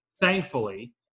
thankfully